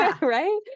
right